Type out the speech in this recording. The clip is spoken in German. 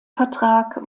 vertrag